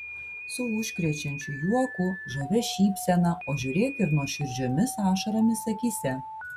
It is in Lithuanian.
su užkrečiančiu juoku žavia šypsena o žiūrėk ir nuoširdžiomis ašaromis akyse